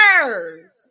Sir